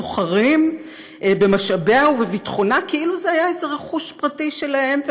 סוחרים במשאביה ובביטחונה כאילו זה היה איזה רכוש פרטי שלהם,